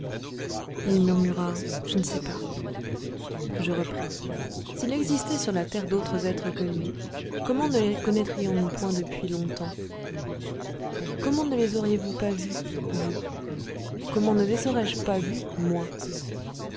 je ne sais pas je repris s'il existait sur la terre d'autres êtres que nous